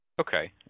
Okay